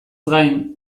gain